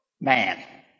man